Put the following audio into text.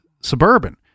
Suburban